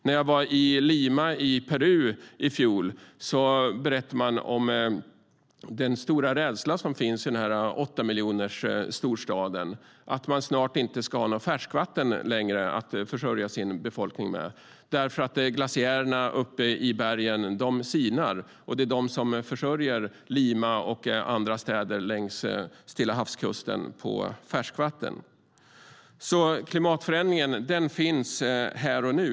När jag var i Lima i Peru i fjol berättade man om den stora rädsla som finns i denna åttamiljonersstorstad: att man snart inte längre ska ha något färskvatten att försörja befolkningen med. Glaciärerna uppe i bergen sinar, och det är de som försörjer Lima och andra städer längs Stillahavskusten med färskvatten. Klimatförändringen finns alltså här och nu.